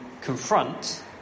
confront